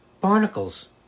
barnacles